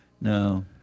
No